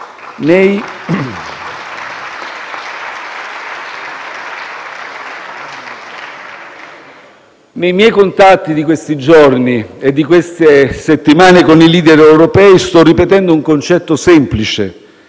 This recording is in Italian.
Nei miei contatti di questi giorni e delle ultime settimane con i *leader* europei, sto ripetendo un concetto semplice,